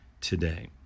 today